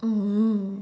mm